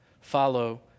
follow